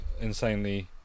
insanely